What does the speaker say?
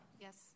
Yes